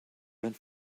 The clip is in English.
went